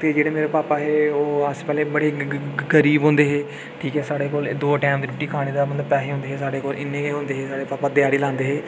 फिर मेरे पापा हे ते ओह् अस बड़े गरीब होंदे हे ठीक ऐ साढ़े कोल दो टैम दी रुट्टी खाने दा मतलब पैसे होंदे हे साढ़े कोल इन्ने गै होंदे हे साढ़े पापा ध्याड़ी लांदे हे